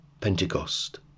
pentecost